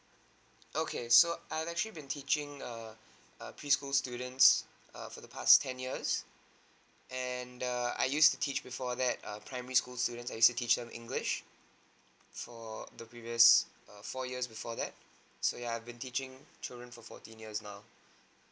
okay so I'm actually been teaching err err preschool students err for the past ten years and err I used to teach before that err primary school students I still teach them english for the previous err four years before that so ya I've been teaching children for fourteen years now